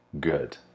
good